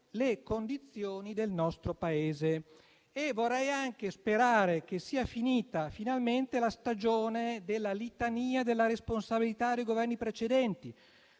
le condizioni del nostro Paese e vorrei anche sperare che sia finita finalmente la stagione della litania della responsabilità dei Governi precedenti.